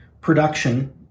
production